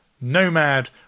Nomad